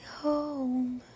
home